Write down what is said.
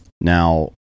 Now